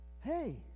Hey